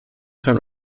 turn